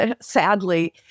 sadly